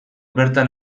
bertan